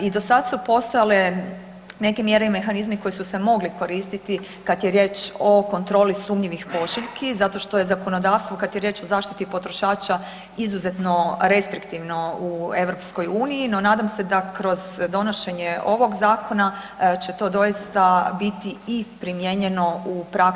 I do sad su postojale neke mjere i mehanizmi koji su se mogli koristiti kad je riječ o kontroli sumnjivih pošiljki zato što je zakonodavstvo kad je riječ o zaštiti potrošača izuzetno restriktivno u EU, no nadam se da kroz donošenje ovog zakona će to doista biti i primijenjeno u praksi na pravi način.